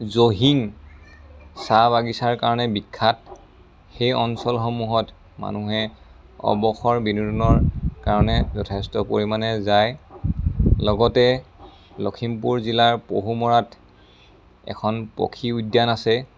জহিং চাহ বাগিচাৰ কাৰণে বিখ্যাত সেই অঞ্চলসমূহত মানুহে অৱসৰ বিনোদনৰ কাৰণে যথেষ্ট পৰিমাণে যায় লগতে লখিমপুৰ জিলাৰ পহুমৰাত এখন পক্ষী উদ্যান আছে